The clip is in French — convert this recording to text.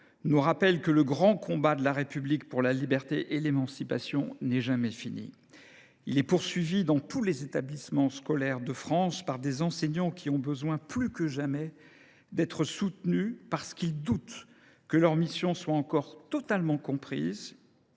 nous rappelle que le grand combat de la République pour la liberté et l’émancipation n’est jamais fini. Il est poursuivi dans tous les établissements scolaires de France par des enseignants qui ont besoin, plus que jamais, d’être soutenus parce qu’ils doutent que leurs missions soient encore totalement comprises,